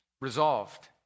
resolved